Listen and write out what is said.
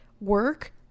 work